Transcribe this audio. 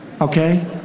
Okay